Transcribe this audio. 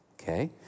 Okay